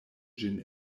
ĝin